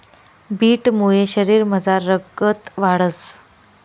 बीटमुये शरीरमझार रगत वाढंस